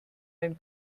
den